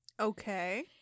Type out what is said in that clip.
Okay